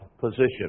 position